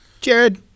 Jared